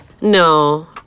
No